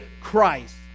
Christ